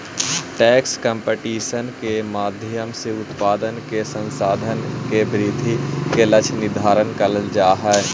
tax competition के माध्यम से उत्पादन के संसाधन के वृद्धि के लक्ष्य निर्धारित करल जा हई